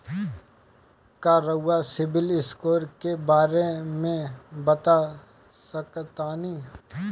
का रउआ CIBIL score के बारे में बता सकतानी?